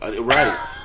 Right